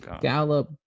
gallop